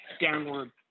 downward